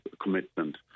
commitment